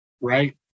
right